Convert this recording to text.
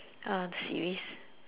uh series